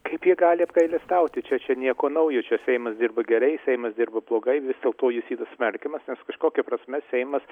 kaip jie gali apgailestauti čia čia nieko naujo čia seimas dirba gerai seimas dirba blogai vis dėlto jis yra smerkiamas nes kažkokia prasme seimas